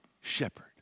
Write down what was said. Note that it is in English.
shepherd